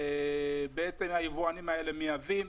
בעצם היבואנים האלה מייבאים.